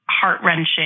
heart-wrenching